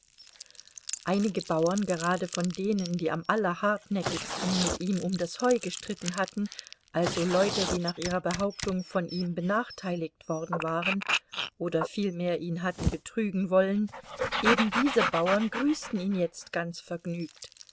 einige bauern gerade von denen die am allerhartnäckigsten mit ihm um das heu gestritten hatten also leute die nach ihrer behauptung von ihm benachteiligt worden waren oder vielmehr ihn hatten betrügen wollen ebendiese bauern grüßten ihn jetzt ganz vergnügt